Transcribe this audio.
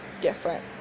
different